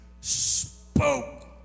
spoke